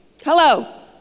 Hello